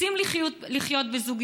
רוצים לחיות בזוגיות,